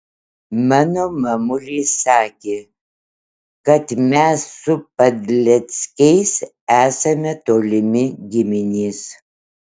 mano mamulė sakė kad mes su padleckiais esame tolimi giminės